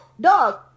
dog